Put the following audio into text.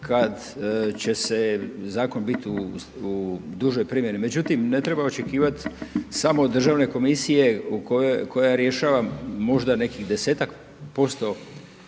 kada će se zakon biti u dužoj primjeni. Međutim ne treba očekivati samo od državne komisije koja rješava možda nekih 10-ak%